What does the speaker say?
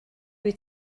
wyt